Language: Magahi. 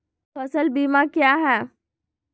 फ़सल बीमा क्या है?